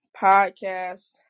podcast